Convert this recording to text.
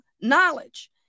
knowledge